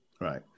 Right